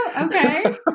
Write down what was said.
Okay